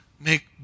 make